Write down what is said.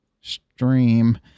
stream